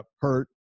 hurt